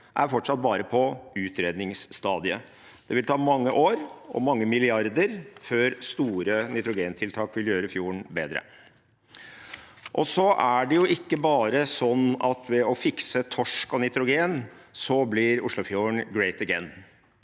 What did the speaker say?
er fortsatt bare på utredningsstadiet. Det vil ta mange år og mange milliarder før store nitrogentiltak vil gjøre fjorden bedre. Det er ikke sånn at bare ved å fikse torsk og nitrogen blir Oslofjorden «great again».